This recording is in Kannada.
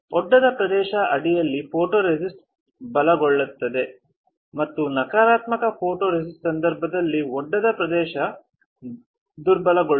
ಒಡ್ಡದ ಪ್ರದೇಶದ ಅಡಿಯಲ್ಲಿ ಫೋಟೊರೆಸಿಸ್ಟ್ ಬಲಗೊಳ್ಳುತ್ತದೆ ಮತ್ತು ನಕಾರಾತ್ಮಕ ಫೋಟೊರೆಸಿಸ್ಟ್ ಸಂದರ್ಭದಲ್ಲಿ ಒಡ್ಡದ ಪ್ರದೇಶವು ದುರ್ಬಲಗೊಳ್ಳುತ್ತದೆ ಎಂದು ಇಲ್ಲಿ ನೀವು ನೋಡಬಹುದು